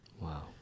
Wow